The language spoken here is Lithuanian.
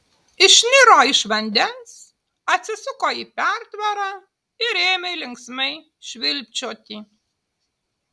išniro iš vandens atsisuko į pertvarą ir ėmė linksmai švilpčioti